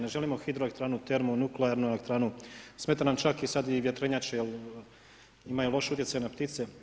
Ne želimo hidroelektranu, termo, nuklearnu elektranu, smeta nam čak i sad vjetrenjače jer imaju loš utjecaj na ptice.